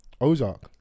Ozark